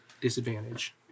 disadvantage